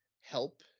help